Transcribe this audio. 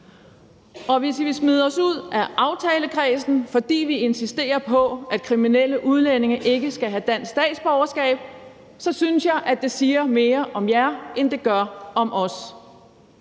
dag. Hvis I vil smide os ud af aftalekredsen, fordi vi insisterer på, at kriminelle udlændinge ikke skal have dansk statsborgerskab, synes jeg, det siger mere om jer, end det gør om os.